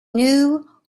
knew